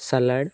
salad